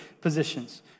positions